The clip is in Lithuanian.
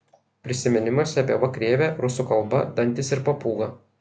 prisiminimuose apie v krėvę rusų kalba dantys ir papūga